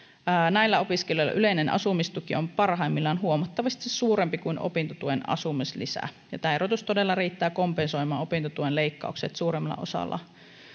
näillä opiskelijoilla yleinen asumistuki on parhaimmillaan huomattavasti suurempi kuin opintotuen asumislisä ja tämä erotus todella riittää kompensoimaan opintotuen leikkaukset suurimmalla osalla